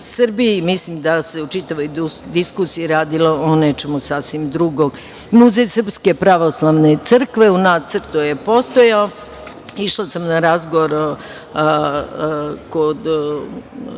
Mislim da se u čitavoj diskusiji radilo o nečemu sasvim drugom. Muzej Srpske pravoslavne crkve u nacrtu je postojao. Išla sam na razgovor kod